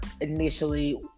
initially